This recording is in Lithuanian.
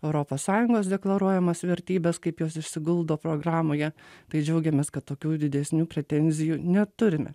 europos sąjungos deklaruojamas vertybes kaip jos išsiguldo programoje tai džiaugėmės kad tokių didesnių pretenzijų neturime